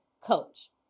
coach